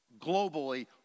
globally